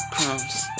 crumbs